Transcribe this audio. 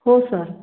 हो सर